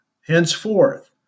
Henceforth